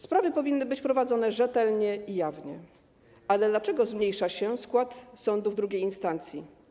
Sprawy powinny być prowadzone rzetelnie i jawnie, ale dlaczego zmniejsza się skład sądu w II instancji?